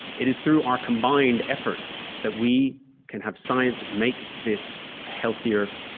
it is through our combined efforts that we can have science make this a healthier,